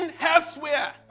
elsewhere